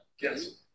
Yes